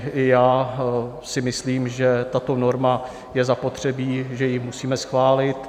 I já si myslím, že tato norma je zapotřebí, že ji musíme schválit.